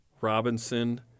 Robinson